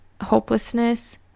hopelessness